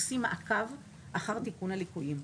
עושים מעקב אחר תיקון הליקויים,